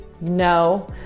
No